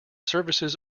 services